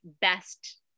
best